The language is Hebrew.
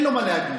אין לו מה להגיד.